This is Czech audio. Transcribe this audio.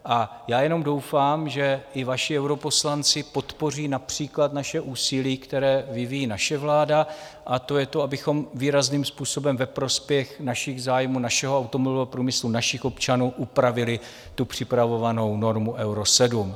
A já jenom doufám, že i vaši europoslanci podpoří například naše úsilí, které vyvíjí naše vláda, a to je to, abychom výrazným způsobem ve prospěch našich zájmů, našeho automobilového průmyslu, našich občanů, upravili připravovanou normu Euro 7.